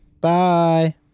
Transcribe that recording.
Bye